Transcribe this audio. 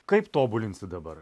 kaip tobulinsi dabar